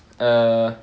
err